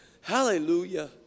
Hallelujah